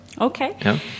Okay